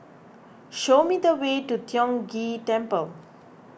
show me the way to Tiong Ghee Temple